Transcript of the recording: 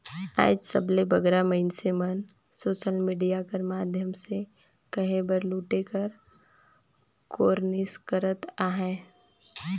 आएज सबले बगरा मइनसे मन सोसल मिडिया कर माध्यम ले कहे बर लूटे कर कोरनिस करत अहें